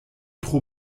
tro